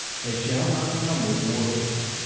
they shall not come with warships,